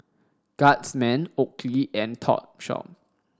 Guardsman Oakley and Topshop